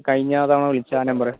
കഴിഞ്ഞ തവണ വിളിച്ച ആ നമ്പർ